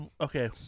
Okay